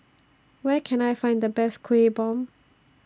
Where Can I Find The Best Kueh Bom